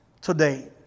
today